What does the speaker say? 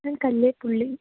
ഞാൻ കല്ലേപ്പുള്ളി